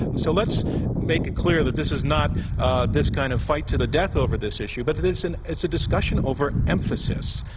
so let's make it clear that this is not ah this kind of fight to the death over this issue, but it is and a discussion over emphasis.